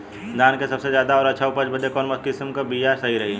धान क सबसे ज्यादा और अच्छा उपज बदे कवन किसीम क बिया सही रही?